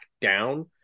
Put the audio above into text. down